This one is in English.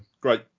Great